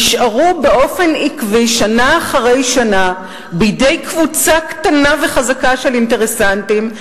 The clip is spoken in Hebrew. נשארו באופן עקבי שנה אחרי שנה בידי קבוצה קטנה וחזקה של אינטרסנטים,